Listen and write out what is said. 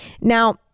Now